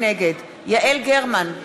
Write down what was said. נגד יעל גרמן,